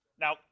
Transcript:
Now